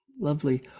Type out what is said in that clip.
Lovely